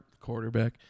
quarterback